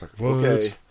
Okay